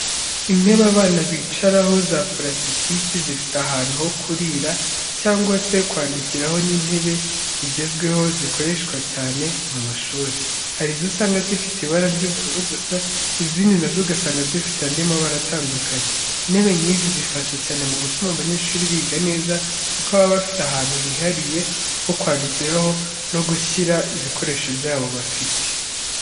Intebe abana bicaraho za purasitike zifite ahantu ho kurira cyangwa se kwandikiraho ni intebe zigezweho zikoreshwa cyane mu mashuri, Hari izo usanga zifite ibara ry'ubururu gusa, izindi na zo ugasanga zifite andi mabara atandukanye. Intebe nk'izi zifasha cyane mu gutuma abanyeshuri biga neza, kuko baba bafite ahantu hihariye ho kwandikiraho no gushyira ibikoresho byabo hafi.